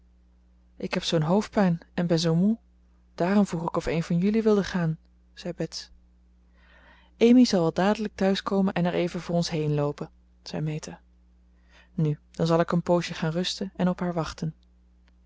ik heb zoo'n hoofdpijn en ben zoo moe daarom vroeg ik of een van jullie wilde gaan zei bets amy zal wel dadelijk thuiskomen en er even voor ons heenloopen zei meta nu dan zal ik een poosje gaan rusten en op haar wachten